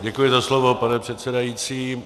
Děkuji za slovo, pane předsedající.